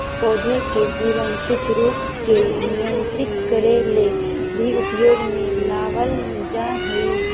पौधा के जीवन कुछ रूप के नियंत्रित करे ले भी उपयोग में लाबल जा हइ